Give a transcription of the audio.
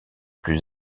plus